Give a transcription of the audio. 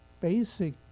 basic